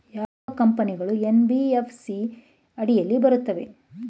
ಯಾವ ಕಂಪನಿಗಳು ಎನ್.ಬಿ.ಎಫ್.ಸಿ ಅಡಿಯಲ್ಲಿ ಬರುತ್ತವೆ?